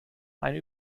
eine